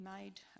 made